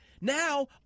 now